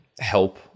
help